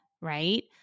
Right